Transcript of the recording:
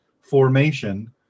formation